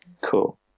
cool